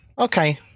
okay